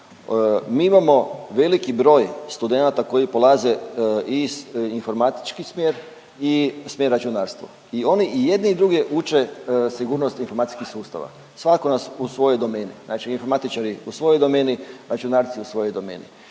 Mi imamo veliki broj studenata koji polaze i informatički smjer i smjer računarstvo i oni, i jedni i drugi uče sigurnost informacijskih sustava, svako u svojoj domeni, znači informatičari u svojoj domeni, računarci u svojoj domeni.